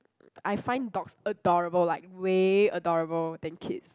I find dogs adorable like way adorable than kids